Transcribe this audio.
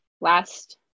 last